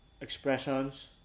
expressions